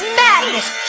madness